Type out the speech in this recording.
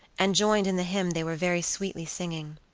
and joined in the hymn they were very sweetly singing.